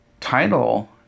title